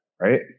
right